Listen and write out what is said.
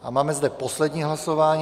A máme zde poslední hlasování.